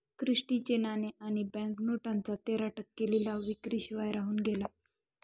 Christie चे नाणे आणि बँक नोटांचा तेरा टक्के लिलाव विक्री शिवाय राहून गेला